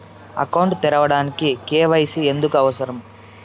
Account తెరవడానికి, KYC ఎందుకు అవసరం?